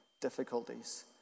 difficulties